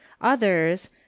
others